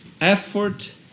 effort